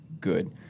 good